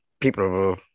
people